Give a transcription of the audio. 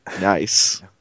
Nice